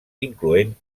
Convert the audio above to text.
incloent